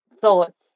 thoughts